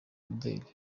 imideli